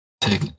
take